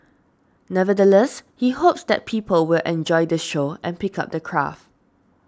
nevertheless he hopes that people will enjoy the show and pick up the craft